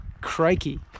Crikey